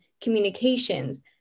communications